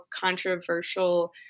controversial